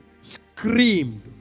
screamed